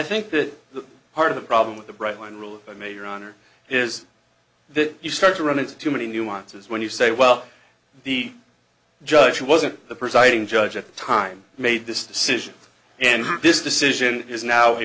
think that part of the problem with the bright line rule if i may your honor is that you start to run into too many nuances when you say well the judge wasn't the presiding judge at the time made this decision and this decision is now a